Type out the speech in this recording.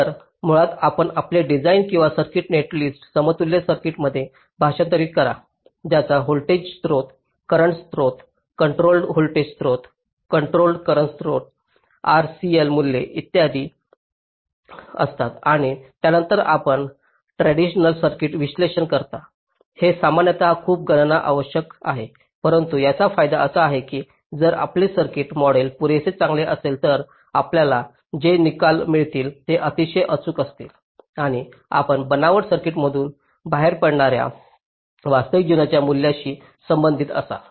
तर मुळात आपण आपले डिझाइन किंवा सर्किट नेट लिस्ट समतुल्य सर्किटमध्ये भाषांतरित करता ज्यात व्होल्टेज स्त्रोत करंट स्त्रोत कॉन्ट्रॉल्ड व्होल्टेज स्रोत कॉन्ट्रॉल्ड करंट स्त्रोत R L C मूल्ये इत्यादी असतात आणि त्यानंतर आपण ट्रॅडिशनल सर्किट विश्लेषण करतात जे सामान्यत खूप गणना आवश्यक आहे परंतु त्याचा फायदा असा आहे की जर आपले सर्किट मॉडेल पुरेसे चांगले असेल तर आपल्याला जे निकाल मिळतील ते अतिशय अचूक असतील आणि आपण बनावट सर्किटमधून बाहेर पडणाऱ्या वास्तविक जीवनांच्या मूल्यांशी संबंधित असाल